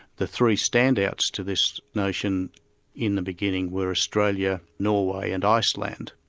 the three stand-outs to this notion in the beginning were australia, norway and iceland,